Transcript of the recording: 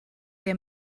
der